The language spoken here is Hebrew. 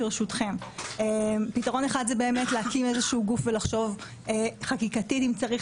ברשותכם: פתרון אחד זה להקים גוף ולחשוב אם צריך